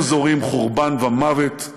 הם זורעים חורבן ומוות,